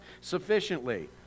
sufficiently